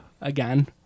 again